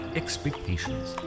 expectations